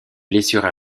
blessures